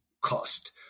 cost